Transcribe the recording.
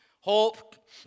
Hope